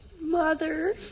Mother